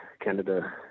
Canada